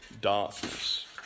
Darkness